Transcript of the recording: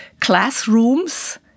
classrooms